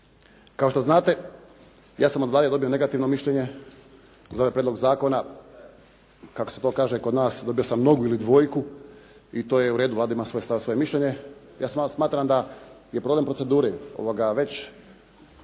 Kao što znate, ja sam od Vlade dobio negativno mišljenje za ovaj prijedlog zakona, kako se to kaže kod nas, dobio sam nogu ili dvojku i to je u redu, Vlada ima svoj stav i svoje mišljenje. Ja smatram da je problem procedure već